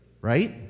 right